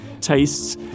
tastes